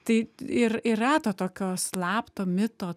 tai ir yra to tokio slapto mito